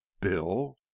Bill